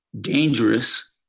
dangerous